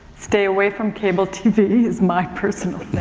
stay away from cable tv is my personal